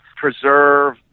preserve